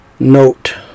Note